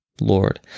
Lord